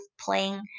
playing